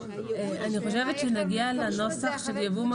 אני חושבת שכאשר נגיע לנוסח של יבוא מקביל,